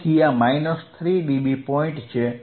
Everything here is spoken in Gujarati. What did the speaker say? તેથી આ 3dB પોઇન્ટ છે